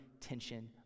tension